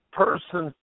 person